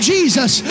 Jesus